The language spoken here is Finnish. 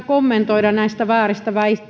kommentoida näitä vääriä